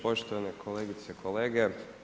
Poštovane kolegice i kolege.